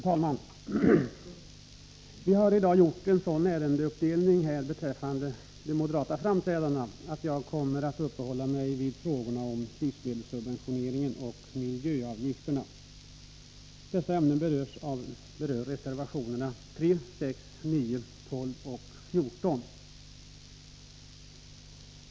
Fru talman! Vi har i dag gjort en sådan uppdelning beträffande de moderata framträdandena i debatten att jag kommer att uppehålla mig vid frågorna om livsmedelssubventioneringen och miljöavgifterna. Dessa ämnen berörs i reservationerna 3, 6, 9, 12 och 14.